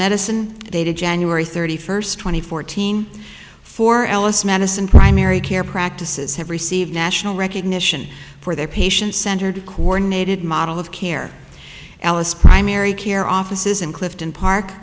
medicine they did january thirty first twenty fourteen for alice medicine primary care practices have received national recognition for their patient centered coordinated model of care alice primary care offices in clifton park